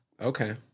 Okay